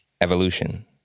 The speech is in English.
Evolution